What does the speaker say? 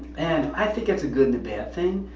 and. i think it's a good and a bad thing.